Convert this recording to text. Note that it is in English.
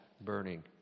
burning